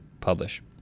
publish